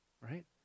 right